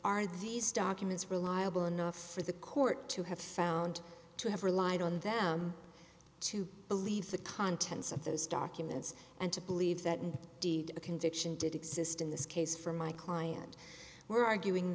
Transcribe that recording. are these documents reliable enough for the court to have found to have relied on them to believe the contents of those documents and to believe that a conviction did exist in this case for my client were arguing